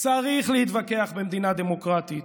צריך להתווכח במדינה דמוקרטית,